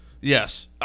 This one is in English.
Yes